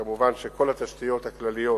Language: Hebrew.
כמובן, כל התשתיות הכלליות